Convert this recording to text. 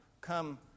come